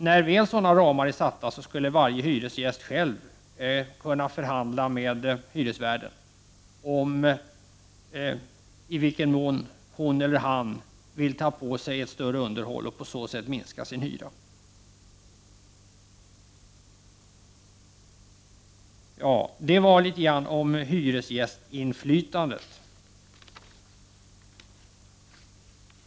När dessa ramar väl är satta skulle varje hyresgäst själv kunna förhandla med hyresvärden om i vilken mån hon eller han vill ta på sig ett större underhåll och på så sätt minska sin hyra. Detta var något om hyresgästinflytandet.